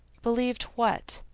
believed what?